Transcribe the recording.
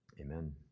Amen